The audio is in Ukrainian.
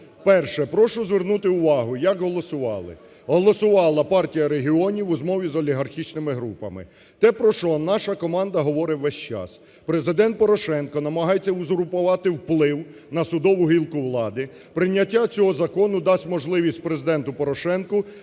Перше, прошу звернути увагу, як голосували: голосувала Партія регіонів у змові з олігархічними групами – те, про що наша команда говорить весь час: Президент Порошенко намагається узурпувати вплив на судову гілку влади; прийняття цього Закону дасть можливість Президенту Порошенку